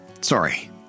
sorry